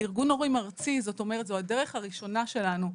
ארגון הורים ארצי זאת אומרת זאת הדרך הראשונה שלנו,